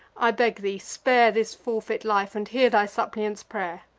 i beg thee, spare this forfeit life, and hear thy suppliant's pray'r.